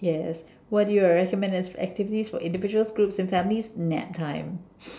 yes what are your recommended activities for individuals groups and families nap time